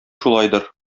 шулайдыр